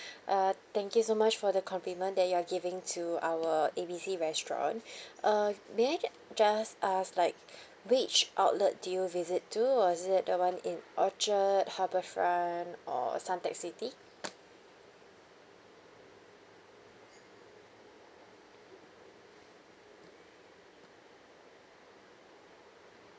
uh thank you so much for the compliment that you are giving to our A B C restaurant uh may I j~ just ask like which outlet did you visit to was it the one in orchard harbourfront or suntec city